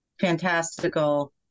fantastical